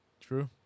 True